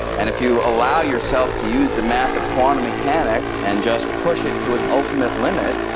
and if you allow yourself to use the math of quantum mechanics and just push it to its ultimate limit,